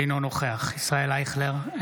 אינו נוכח ישראל אייכלר,